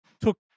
took